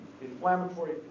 inflammatory